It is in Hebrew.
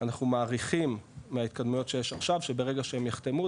אנחנו מעריכים מההתקדמויות שיש עכשיו שברגע שהם יחתנו,